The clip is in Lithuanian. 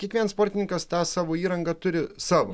kiekvienas sportininkas tą savo įrangą turi savo